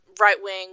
right-wing